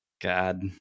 God